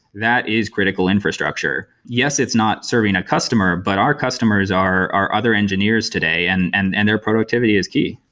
that is critical infrastructure. yes, it's not serving a customer, but our customers are our other engineers today, and and and their productivity is key.